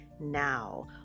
Now